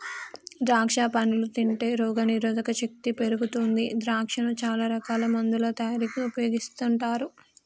ద్రాక్షా పండ్లు తింటే రోగ నిరోధక శక్తి పెరుగుతుంది ద్రాక్షను చాల రకాల మందుల తయారీకి ఉపయోగిస్తుంటారు